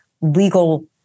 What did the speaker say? legal